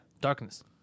darkness